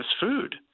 food